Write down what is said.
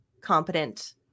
competent